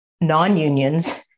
non-unions